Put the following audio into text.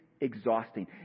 exhausting